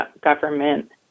government